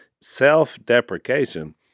Self-deprecation